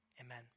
amen